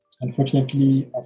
Unfortunately